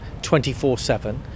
24-7